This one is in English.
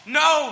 no